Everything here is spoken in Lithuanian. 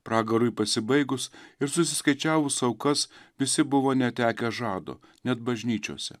pragarui pasibaigus ir susiskaičiavus aukas visi buvo netekę žado net bažnyčiose